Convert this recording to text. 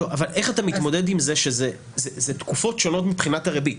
איך אתה מתמודד עם זה שאלו תקופות שונות מבחינת הריבית.